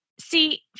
See